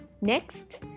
Next